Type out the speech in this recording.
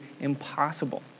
impossible